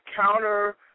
counter